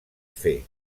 fer